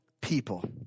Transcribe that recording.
people